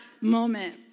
moment